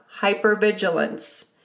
hypervigilance